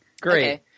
Great